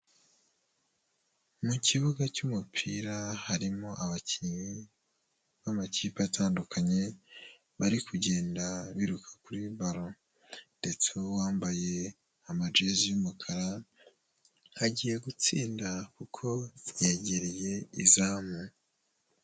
Mu kibuga cy'umupira harimo abakinnyi b'amakipe atandukanye bari kugenda biruka kuri baro ndetse uwambaye amajezi y'umukara agiye gutsinda kuko yegereye izamu.